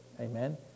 Amen